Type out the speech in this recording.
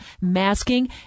masking